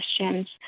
questions